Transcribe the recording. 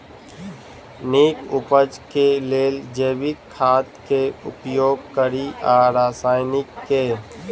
नीक उपज केँ लेल जैविक खाद केँ उपयोग कड़ी या रासायनिक केँ?